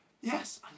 Yes